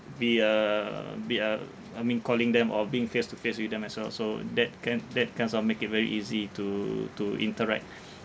be uh be uh I mean calling them or being face to face with them as well so that can that kinds of make it very easy to to interact